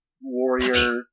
warrior